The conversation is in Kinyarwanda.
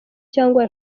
cyangwa